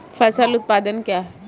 फसल उत्पादन क्या है?